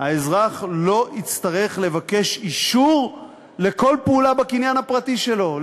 האזרח לא יצטרך לבקש אישור לכל פעולה בקניין הפרטי שלו,